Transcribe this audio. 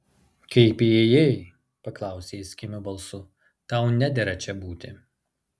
kaip įėjai paklausė jis kimiu balsu tau nedera čia būti